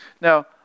Now